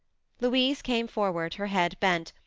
louise came forward, her head bent,